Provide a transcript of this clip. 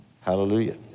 Hallelujah